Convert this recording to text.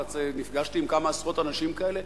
נפגשתי עם כמה עשרות אנשים כאלה.